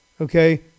okay